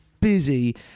busy